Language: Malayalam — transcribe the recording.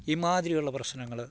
ഈ മാതിരിയുള്ള പ്രശ്നങ്ങൾ